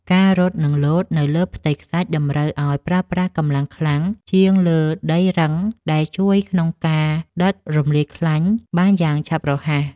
ការរត់ និងលោតនៅលើផ្ទៃខ្សាច់តម្រូវឱ្យប្រើប្រាស់កម្លាំងខ្លាំងជាងលើដីរឹង ដែលជួយក្នុងការដុតរំលាយជាតិខ្លាញ់បានយ៉ាងឆាប់រហ័ស។